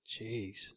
Jeez